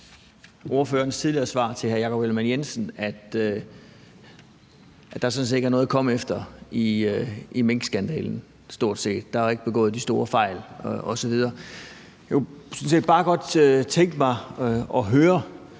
ordførerens tidligere svar til hr. Jakob Ellemann-Jensen, at der sådan set ikke er noget at komme efter i minkskandalen, stort set. Der var ikke begået de store fejl osv. Jeg kunne sådan set bare godt tænke mig at høre: